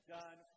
done